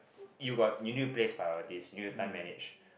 you got you need to place priorities you need to time manage